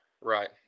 right